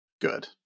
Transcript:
Good